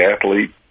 athlete